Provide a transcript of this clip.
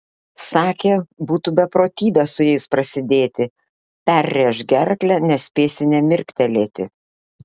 sakė būtų beprotybė su jais prasidėti perrėš gerklę nespėsi nė mirktelėti